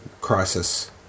crisis